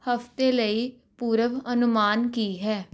ਹਫ਼ਤੇ ਲਈ ਪੂਰਵ ਅਨੁਮਾਨ ਕੀ ਹੈ